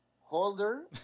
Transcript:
holder